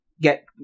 get